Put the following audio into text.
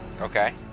Okay